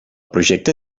projecte